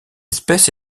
espèce